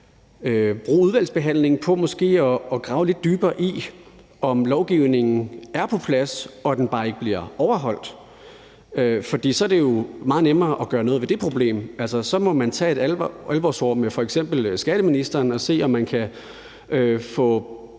bruge udvalgsbehandlingen på måske at grave lidt dybere i, om det er sådan, at lovgivningen er på plads og bare ikke bliver overholdt. For så er det jo meget nemmere at gøre noget ved det problem. Så må man tage et alvorsord med f.eks. skatteministeren og se, om man kan få